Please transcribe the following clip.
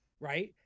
right